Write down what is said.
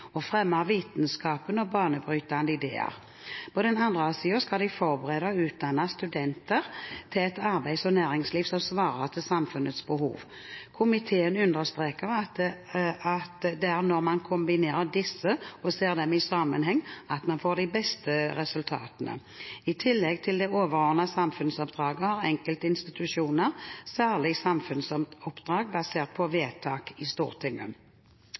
og fremme vitenskapen og banebrytende ideer. På den andre siden skal de forberede og utdanne studenter til et arbeids- og næringsliv som svarer til samfunnets behov. Komiteen understreker at det er når man kombinerer disse og ser dem i sammenheng, at man får de beste resultatene. I tillegg til det overordnede samfunnsoppdraget har enkelte institusjoner særlige samfunnsoppdrag basert på vedtak i Stortinget.»